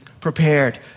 prepared